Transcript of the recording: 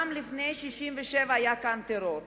גם לפני 1967 היה כאן טרור.